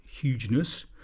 hugeness